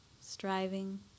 striving